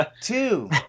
two